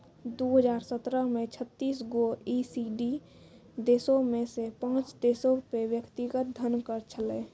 दु हजार सत्रह मे छत्तीस गो ई.सी.डी देशो मे से पांच देशो पे व्यक्तिगत धन कर छलै